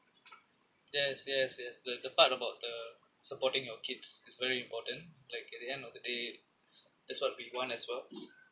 yes yes yes the the part about the supporting your kids is very important like at the end of the day this would be one as well